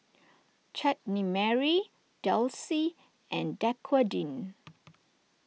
Chutney Mary Delsey and Dequadin